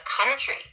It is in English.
country